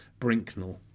Brinknell